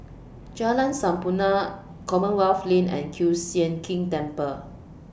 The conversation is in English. Jalan Sampurna Commonwealth Lane and Kiew Sian King Temple